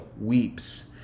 weeps